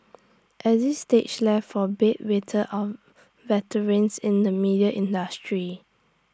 exit stage left for bed wetter or veterans in the media industry